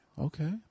Okay